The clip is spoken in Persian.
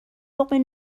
لقمه